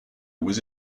was